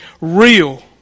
real